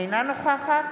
אינה נוכחת